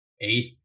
eighth